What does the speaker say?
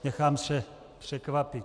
Nechám se překvapit.